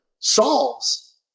solves